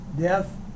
Death